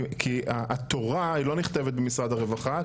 כי הרי התורה היא לא נכתבת משרד הרווחה,